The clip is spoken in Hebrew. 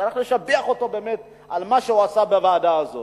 וצריך לשבח אותו על מה שהוא עשה בוועדה הזאת.